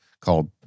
called